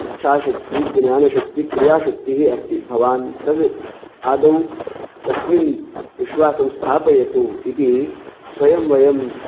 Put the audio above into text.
इच्छाशक्ति ज्ञानशक्ति क्रियाशक्तिः अस्ति भवान् तद् आदौ तस्मिन् विश्वासं स्थापयतु इति स्वयं वयम्